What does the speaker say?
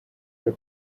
her